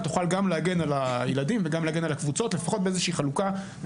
ותוכל גם להגן על הילדים וגם להגן על הקבוצות לפחות באיזושהי חלוקה.